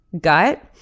gut